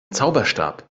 zauberstab